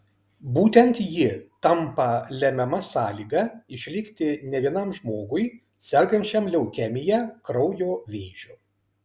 būtent ji tampa lemiama sąlyga išlikti ne vienam žmogui sergančiam leukemija kraujo vėžiu